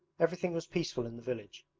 everything was peaceful in the village.